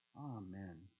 Amen